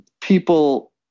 People